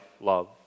love